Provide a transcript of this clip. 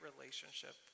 relationship